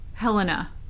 Helena